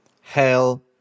hell